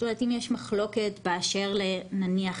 אם יש מחלוקת באשר לשכר נניח,